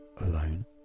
alone